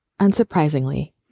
unsurprisingly